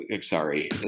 Sorry